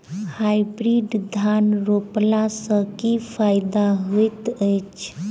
Hybrid धान रोपला सँ की फायदा होइत अछि?